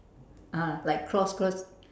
ah like cross cross